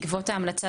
בעקבות ההמלצה,